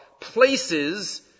places